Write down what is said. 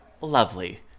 lovely